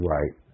Right